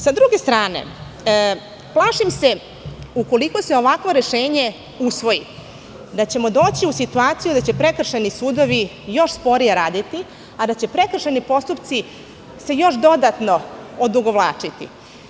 Sa druge strane, plašim se, ukoliko se ovakvo rešenje usvoji, da ćemo doći u situaciju da će prekršajni sudovi još sporije raditi, a da će se prekršajni postupci još dodatno odugovlačiti.